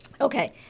okay